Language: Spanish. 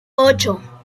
ocho